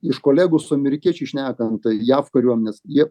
iš kolegų su amerikiečiais šnekant jav kariuomenės jie